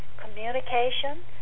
communication